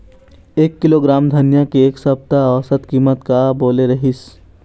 एक किलोग्राम धनिया के एक सप्ता औसत कीमत का बोले रीहिस?